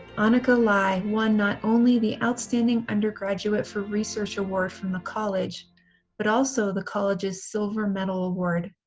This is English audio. annika lai won not only the outstanding undergraduate for research award from the college but also the college's silver medal award.